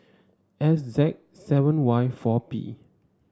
S Z seven Y four P